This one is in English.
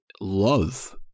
love